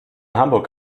hamburg